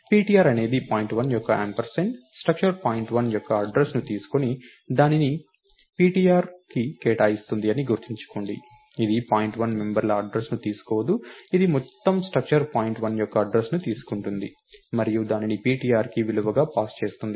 ptr అనేది point one యొక్క ampersand structure point1 యొక్క అడ్డ్రస్ ను తీసుకొని దానిని ptrకి కేటాయిస్తుంది అని గుర్తుంచుకోండి ఇది పాయింట్1 మెంబర్ల అడ్డ్రస్ ను తీసుకోదు ఇది మొత్తం స్ట్రక్టర్ పాయింట్1 యొక్క అడ్డ్రస్ ను తీసుకుంటుంది మరియు దానిని ptrకి విలువగా పాస్ చేస్తుంది